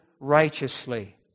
righteously